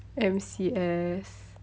M_C_S